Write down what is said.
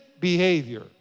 Behavior